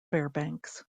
fairbanks